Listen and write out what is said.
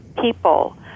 people